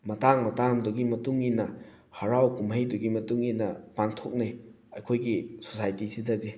ꯃꯇꯥꯡ ꯃꯇꯥꯡꯗꯨꯒꯤ ꯃꯇꯨꯡ ꯏꯟꯅ ꯍꯔꯥꯎ ꯀꯨꯝꯍꯩꯗꯨꯒꯤ ꯃꯇꯨꯡ ꯏꯟꯅ ꯄꯥꯡꯊꯣꯛꯅꯩ ꯑꯩꯈꯣꯏꯒꯤ ꯁꯣꯁꯥꯏꯇꯤꯁꯤꯗꯗꯤ